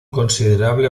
considerable